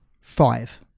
five